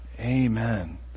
Amen